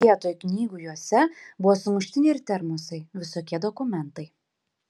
vietoj knygų juose buvo sumuštiniai ir termosai visokie dokumentai